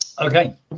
okay